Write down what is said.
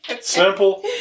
Simple